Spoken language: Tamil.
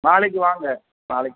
நாளைக்கு வாங்க நாளைக்கு